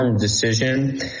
decision